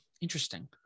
Interesting